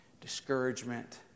discouragement